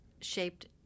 shaped